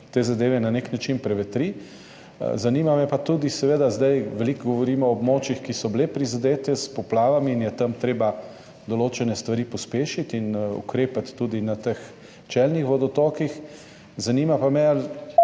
te zadeve na nek način prevetri. Zanima me pa tudi to, ker zdaj veliko govorimo o območjih, ki so bila prizadeta s poplavami in je tam treba določene stvari pospešiti in ukrepati tudi na teh čelnih vodotokih. Zanima me: Ali